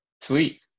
sweet